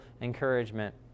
encouragement